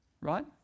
right